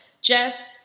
Jess